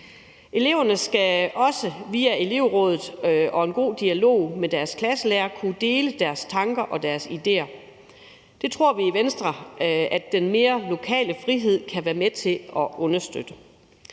Eleverne skal også via elevrådet og en god dialog med deres klasselærer kunne dele deres tanker og deres idéer. Det tror vi i Venstre at den større lokale frihed kan være med til at understøtte,